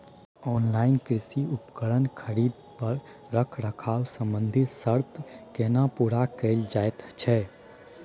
Online कृषि उपकरण खरीद पर रखरखाव संबंधी सर्त केना पूरा कैल जायत छै?